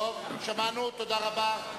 טוב, שמענו, תודה רבה.